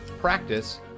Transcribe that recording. practice